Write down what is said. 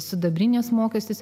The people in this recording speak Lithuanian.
sidabrinės mokestis